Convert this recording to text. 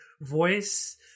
voice